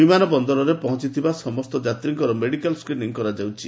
ବିମାନ ବନ୍ଦରରେ ପହଞ୍ଚୁଥିବା ସମସ୍ତ ଯାତ୍ନୀଙ୍କର ମେଡ଼ିକାଲ୍ ସ୍କିନିଂ କରାଯାଉଛି